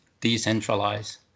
decentralize